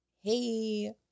Hey